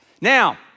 Now